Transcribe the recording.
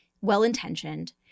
well-intentioned